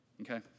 Okay